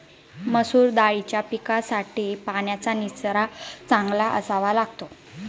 मसूर दाळीच्या पिकासाठी पाण्याचा निचरा चांगला असावा लागतो